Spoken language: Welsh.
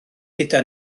gyda